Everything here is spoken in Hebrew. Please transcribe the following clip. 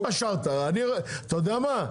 לא התפשרת, אתה יודע מה?